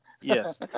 Yes